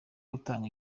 gutanga